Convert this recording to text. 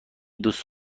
دوست